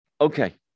Okay